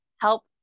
help